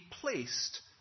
placed